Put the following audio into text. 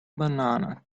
banana